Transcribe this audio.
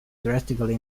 drastically